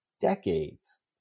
decades